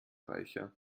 reicher